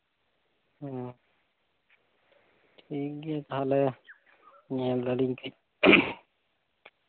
ᱦᱮᱸ ᱴᱷᱤᱠ ᱜᱮᱭᱟ ᱛᱟᱦᱞᱮ ᱧᱮᱞ ᱫᱟᱞᱤᱧ ᱠᱟᱹᱪ